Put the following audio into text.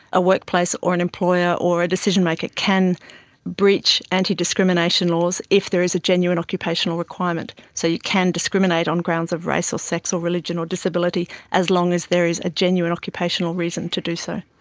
a workplace or an employer or a decision-maker can breach antidiscrimination laws if there is a genuine occupational requirement. so you can discriminate on grounds of race or sex or religion or disability, as long as there is a genuine occupational reason to do so.